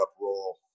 role